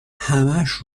همش